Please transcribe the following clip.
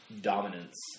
dominance